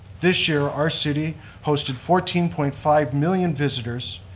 this year, our city hosted fourteen point five million visitors,